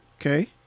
okay